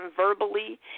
verbally